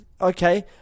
Okay